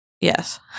Yes